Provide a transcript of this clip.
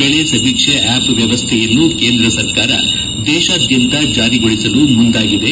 ಬೆಳೆ ಸಮೀಕ್ಷೆ ಆಪ್ ವ್ಯವಸ್ಥೆಯನ್ನು ಕೇಂದ್ರ ಸರ್ಕಾರ ದೇಶಾದ್ಯಂತ ಜಾರಿಗೊಳಿಸಲು ಮುಂದಾಗಿದೆ